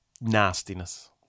nastiness